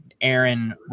Aaron